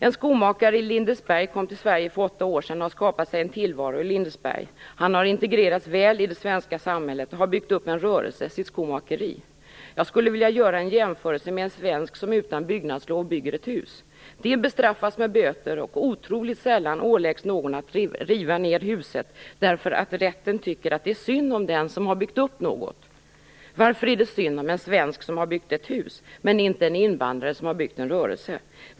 En skomakare i Lindesberg kom till Sverige för åtta år sedan och har skapat sig en tillvaro i Lindesberg. Han har integrerats väl i det svenska samhället och har byggt upp en rörelse, sitt skomakeri. Jag skulle vilja göra en jämförelse med en svensk som utan byggnadslov bygger ett hus. Det bestraffas med böter, och otroligt sällan åläggs någon att riva huset, eftersom rätten tycker synd om den som har byggt upp något. Varför är det synd om en svensk som har byggt ett hus men inte synd om en invandrare som har byggt upp en rörelse?